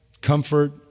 comfort